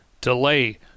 delay